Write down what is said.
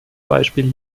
beispiel